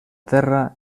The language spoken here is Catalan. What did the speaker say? terra